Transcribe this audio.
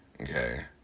okay